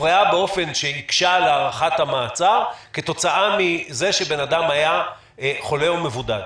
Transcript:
באופן שהקשה על הארכת המעצר כתוצאה ממחלה או מבידוד?